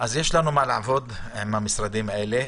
יש לנו מה לעבוד עם המשרדים האלה.